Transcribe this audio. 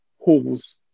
holes